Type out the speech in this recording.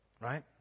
Right